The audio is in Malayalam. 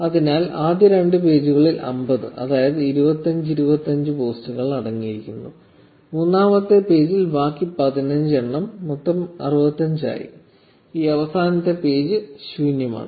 അതിനാൽ ആദ്യ രണ്ട് പേജുകളിൽ 50 അതായത് 25 25 പോസ്റ്റുകൾ അടങ്ങിയിരിക്കുന്നു മൂന്നാമത്തെ പേജിൽ ബാക്കി 15 എണ്ണം 65 ആയി ഈ അവസാന പേജ് ശൂന്യമാണ്